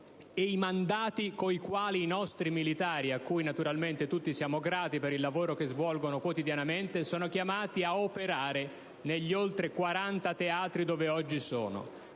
e i mandati con i quali i nostri militari, cui naturalmente tutti siamo grati per il lavoro che svolgono quotidianamente, sono chiamati ad operare negli oltre quaranta teatri dove oggi sono.